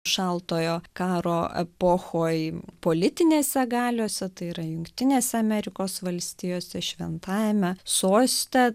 šaltojo karo epochoj politinėse galiose tai yra jungtinėse amerikos valstijose šventajame soste